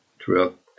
throughout